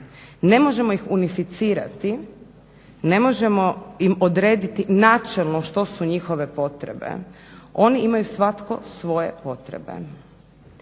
Ne možemo ih unificirati, ne možemo im odrediti načelno što su njihove potrebe, oni imaju svatko svoje potrebe.